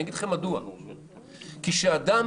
כי כשאדם